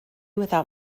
without